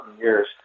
years